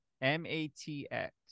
M-A-T-X